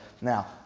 Now